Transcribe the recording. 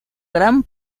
gran